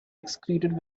excreted